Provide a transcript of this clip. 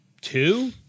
Two